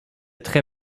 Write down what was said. très